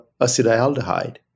acetaldehyde